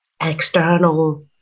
external